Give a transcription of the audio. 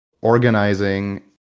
organizing